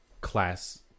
class